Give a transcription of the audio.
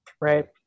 Right